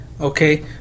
okay